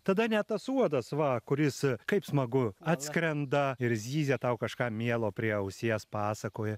tada ne tas uodas va kuris kaip smagu atskrenda ir zyzia tau kažką mielo prie ausies pasakoja